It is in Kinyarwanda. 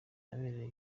yabereye